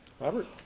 Robert